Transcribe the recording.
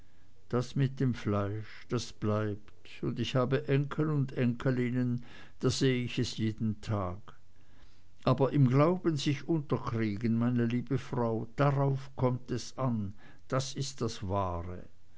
das mit dem fleisch das bleibt und ich habe enkel und enkelinnen da seh ich es jeden tag aber im glauben sich unterkriegen meine liebe frau darauf kommt es an das ist das wahre